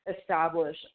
establish